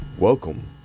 Welcome